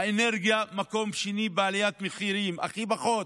האנרגיה, מקום שני בעליית מחירים, בהכי פחות,